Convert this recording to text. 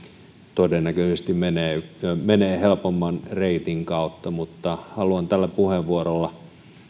todennäköisesti se menee helpomman reitin kautta mutta haluan tällä puheenvuorolla